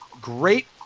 great